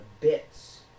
bits